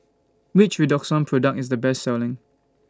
Which Redoxon Product IS The Best Selling